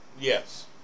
Yes